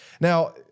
Now